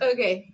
Okay